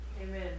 Amen